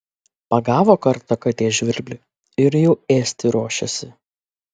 pagavo kartą katė žvirblį ir jau ėsti ruošiasi